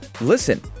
listen